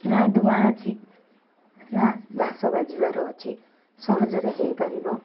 ନା ଧୂଆଁ ଅଛି ନା ଘାସ ବାଜିବାର ଅଛି ସହଜରେ ହେଇପାରିବ